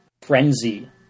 Frenzy